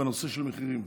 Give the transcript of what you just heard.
בנושא של מחירים?